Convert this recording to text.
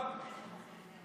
מכוח מה אתה בארץ ישראל?